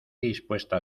dispuesta